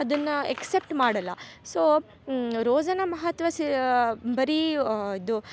ಅದನ್ನ ಎಕ್ಸೆಪ್ಟ್ ಮಾಡಲ್ಲ ಸೋ ರೋಸಾನ ಮಹತ್ವ ಸಿ ಬರಿ ಇದು